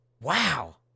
Wow